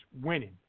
winning